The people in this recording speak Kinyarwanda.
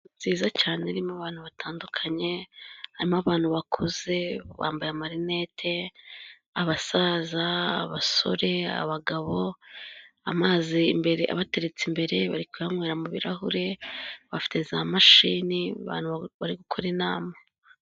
Nziza cyane irimo abantu batandukanye, harimo abantu bakuze bambaye amarinete abasaza, abasore, abagabo, amazi imbere abateretse imbere, bari kuyanywera mu birahure, bafite za mashini abantu bari gukora inama.